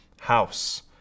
house